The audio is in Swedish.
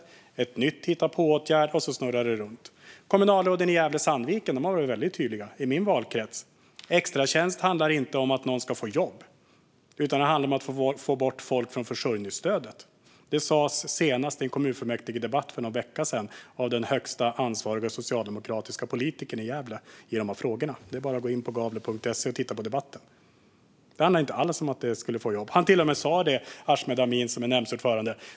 Sedan kommer en ny hitta-på-åtgärd, och så snurrar det runt. Kommunalråden i Gävle-Sandviken, i min valkrets, har varit väldigt tydliga. Extratjänst handlar inte om att någon ska få jobb, utan det handlar om att få bort folk från försörjningsstödet. Det sas senast i en kommunfullmäktigedebatt för någon vecka sedan av den högsta ansvariga socialdemokratiska politikern i Gävle i de här frågorna. Det är bara att gå in på gavle.se och titta på debatten. Det handlar inte alls om att människor ska få jobb. Han till och med sa det, Ahmed Amin, som är nämndsordförande.